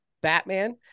Batman